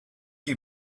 you